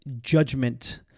judgment